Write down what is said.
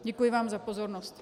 Děkuji vám za pozornost.